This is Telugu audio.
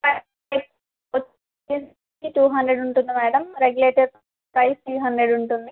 రీఫిల్ వచ్చి టూ హండ్రెడ్ ఉంటుంది madam regulator price three hundred ఉంటుంది